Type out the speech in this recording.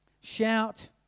Shout